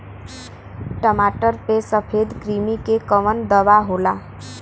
टमाटर पे सफेद क्रीमी के कवन दवा होला?